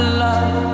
love